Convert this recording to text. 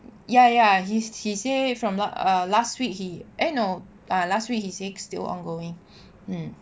ya ya he's he say from what last week he eh no ah last week he say still ongoing mm